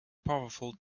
powerful